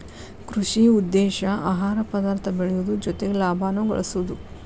ಕೃಷಿ ಉದ್ದೇಶಾ ಆಹಾರ ಪದಾರ್ಥ ಬೆಳಿಯುದು ಜೊತಿಗೆ ಲಾಭಾನು ಗಳಸುದು